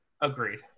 Agreed